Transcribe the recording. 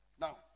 Now